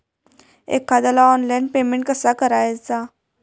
एखाद्याला online payment कसा करायचा?